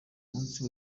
munsi